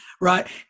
right